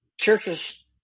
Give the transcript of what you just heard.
Churches